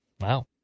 Wow